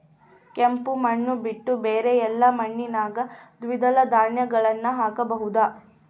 ಕೆಂಪು ಮಣ್ಣು ಬಿಟ್ಟು ಬೇರೆ ಎಲ್ಲಾ ಮಣ್ಣಿನಾಗ ದ್ವಿದಳ ಧಾನ್ಯಗಳನ್ನ ಹಾಕಬಹುದಾ?